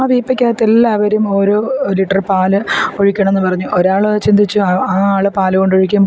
ആ വീപ്പക്കകത്തെല്ലാവരും ഓരോ ലിറ്റര് പാല് ഒഴിക്കണമെന്നു പറഞ്ഞു ഒരാൾ ചിന്തിച്ചു ആ ആൾ പാല് കൊണ്ടൊഴിക്കുമ്പോൾ